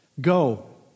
Go